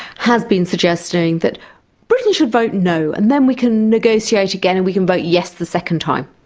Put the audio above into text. has been suggesting that britain should vote no, and then we can negotiate again and we can vote yes the second time.